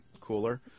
cooler